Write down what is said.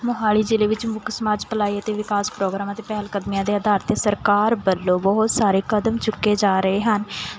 ਮੋਹਾਲੀ ਜ਼ਿਲ੍ਹੇ ਵਿੱਚ ਮੁੱਖ ਸਮਾਜ ਭਲਾਈ ਅਤੇ ਵਿਕਾਸ ਪ੍ਰੋਗਰਾਮਾਂ ਅਤੇ ਪਹਿਲਕਦਮੀਆਂ ਦੇ ਅਧਾਰ 'ਤੇ ਸਰਕਾਰ ਵੱਲੋਂ ਬਹੁਤ ਸਾਰੇ ਕਦਮ ਚੁੱਕੇ ਜਾ ਰਹੇ ਹਨ